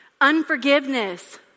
unforgiveness